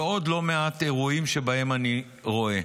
ועוד לא מעט אירועים שבהם אני רואה.